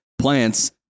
plants